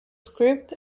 script